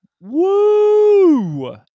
Woo